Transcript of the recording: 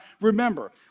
remember